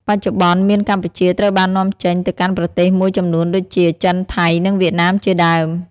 បច្ចុប្បន្ន មៀនកម្ពុជាត្រូវបាននាំចេញទៅកាន់ប្រទេសមួយចំនួនដូចជា ចិន ថៃ និង វៀតណាម ជាដើម។